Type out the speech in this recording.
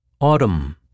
Autumn